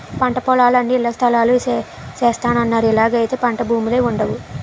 పంటపొలాలన్నీ ఇళ్లస్థలాలు సేసస్తన్నారు ఇలాగైతే పంటభూములే వుండవు